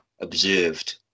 observed